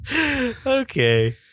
Okay